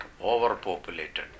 overpopulated